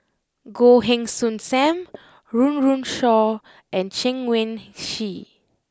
Goh Heng Soon Sam Run Run Shaw and Chen Wen Hsi